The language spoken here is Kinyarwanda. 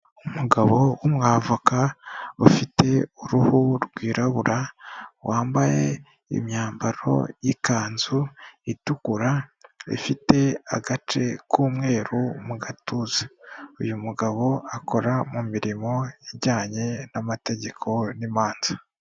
Umugabo w'umwavoka ufite uruhu rwirabura, wambaye imyambaro y'ikanzu itukura, ifite agace k'umweru mu gatuza. Uyu mugabo akora mu mirimo ijyanye n'amategeko n'imanza.